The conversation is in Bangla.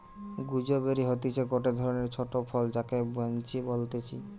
গুজবেরি হতিছে গটে ধরণের ছোট ফল যাকে বৈনচি বলতিছে